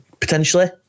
potentially